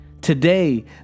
Today